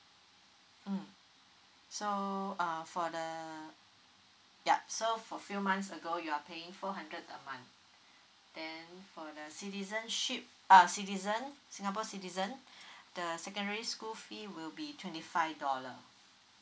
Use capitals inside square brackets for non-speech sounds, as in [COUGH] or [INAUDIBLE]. mm so uh for the yup so for few months ago you are paying four hundred a month then for the citizenship uh citizens singapore citizen [BREATH] the secondary school fee will be twenty five dollar